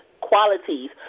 qualities